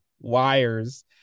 wires